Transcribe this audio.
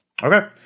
Okay